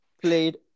played